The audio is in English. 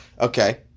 Okay